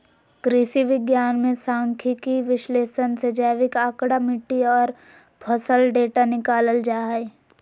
कृषि विज्ञान मे सांख्यिकीय विश्लेषण से जैविक आंकड़ा, मिट्टी आर फसल डेटा निकालल जा हय